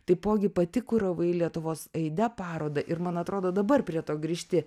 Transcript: taipogi pati kuravai lietuvos aide parodą ir man atrodo dabar prie to grįžti